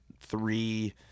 three